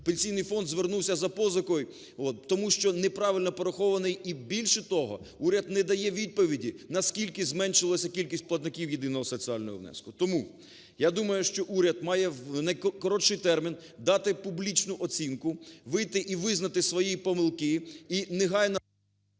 Пенсійний фонд звернувся за позикою, тому що неправильно порахований, і більше того, уряд не дає відповіді, на скільки зменшилося платників єдиного соціального внеску. Тому, я думаю, що уряд має в найкоротший термін дати публічну оцінку, вийти і визнати свої помилки і негайно…